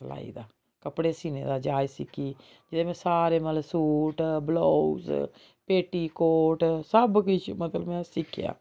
कपड़े सीने दी जाच सिक्खी ते में सारे मतलब सूट ब्लाउज पेटी कोट सब किश मतलब में सिक्खेआ